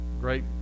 Great